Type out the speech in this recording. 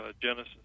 Genesis